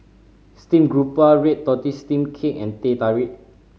steamed garoupa red tortoise steamed cake and Teh Tarik